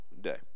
day